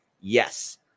Yes